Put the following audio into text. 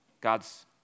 God's